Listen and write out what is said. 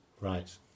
Right